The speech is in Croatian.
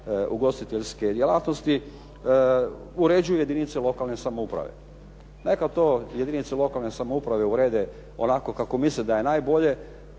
ugostiteljske djelatnosti uređuju jedinice lokalne samouprave. Neka to jedinice lokalne samouprave urede onako kako misle da je najbolje.